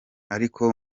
ariko